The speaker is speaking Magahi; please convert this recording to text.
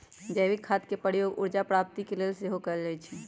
जैविक खाद के प्रयोग ऊर्जा प्राप्ति के लेल सेहो कएल जाइ छइ